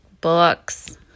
books